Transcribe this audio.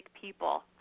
people